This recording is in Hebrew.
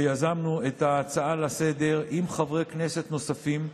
שיזמנו את ההצעה לסדר-היום עם חברי כנסת נוספים,